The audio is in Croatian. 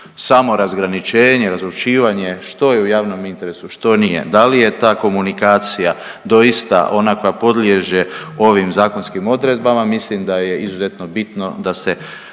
Samo razgraničenje razlučivanje što je u javnom interesu, što nije, da li je ta komunikacija doista ona koja podliježe ovim zakonskim odredbama, mislim da je izuzetno bitno da se